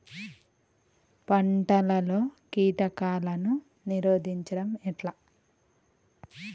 పంటలలో కీటకాలను నిరోధించడం ఎట్లా?